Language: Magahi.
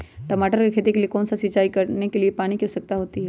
टमाटर की खेती के लिए सिंचाई करने के लिए कितने पानी की आवश्यकता होती है?